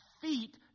feet